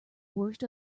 worst